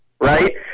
right